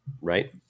Right